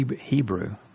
Hebrew